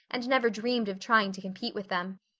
and never dreamed of trying to compete with them.